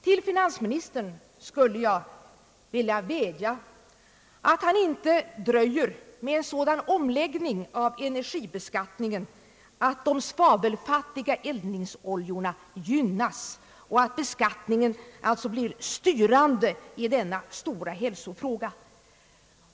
Till finansministern skulle jag vilja rikta en vädjan att inte dröja med en sådan omläggning av energibeskattningen att de svavelfattiga eldningsoljorna gynnas och beskattningen alltså blir styrande i denna stora hälsofråga.